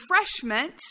refreshment